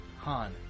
Han